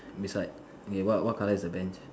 beside okay what what color is the Bench